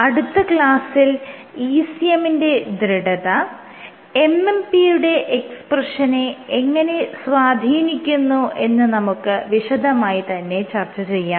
അടുത്ത ക്ലാസ്സിൽ ECM ന്റെ ദൃഢത MMP യുടെ എക്സ്പ്രെഷനെ എങ്ങനെ സ്വാധീനിക്കുന്നു എന്ന് നമുക്ക് വിശദമായി തന്നെ ചർച്ച ചെയ്യാം